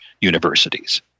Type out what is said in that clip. universities